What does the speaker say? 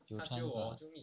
她 transfer ah